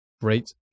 Great